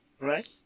right